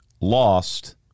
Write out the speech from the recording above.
lost